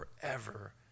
forever